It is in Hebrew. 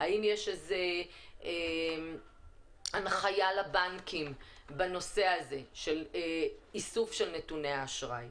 האם יש איזו הנחיה לבנקים בנושא הזה של איסוף נתוני האשראי.